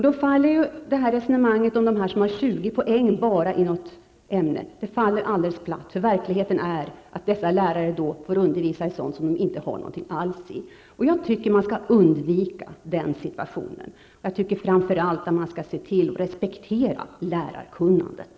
Då faller resonemanget om dem som har bara 20 poäng i något ämne platt, därför att verkligheten är att dessa lärare då får undervisa i ämnen som de inte har några kunskaper alls i. Jag tycker att vi skall undvika den situationen, och framför allt att vi skall respektera lärarkunnandet.